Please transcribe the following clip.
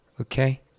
Okay